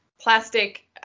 plastic